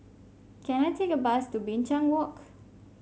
can I take a bus to Binchang Walk